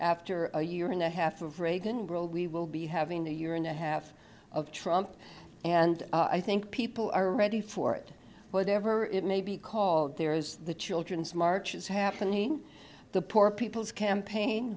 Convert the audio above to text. after a year and a half of reagan world we will be having a year and a half of trump and i think people are ready for it whatever it may be called there is the children's march is happening the poor people's campaign